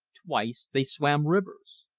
twice they swam rivers.